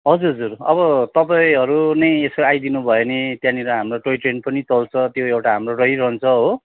हजुर हजुर अब तपाईँहरू नै यसो आइदिनु भयो भने त्यहाँनेर हाम्रो टोय ट्रेन पनि चल्छ त्यो एउटा हाम्रो रहिरहन्छ हो